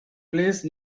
place